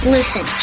Listen